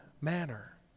manner